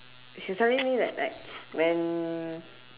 he was telling me that like when